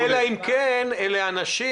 אלא אם כן אלה אנשים